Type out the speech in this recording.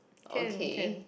can can